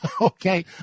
okay